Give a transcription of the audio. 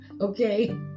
okay